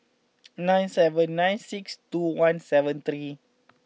nine seven nine six two one seven three